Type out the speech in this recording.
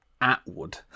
Atwood